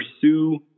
pursue